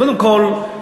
קודם כול,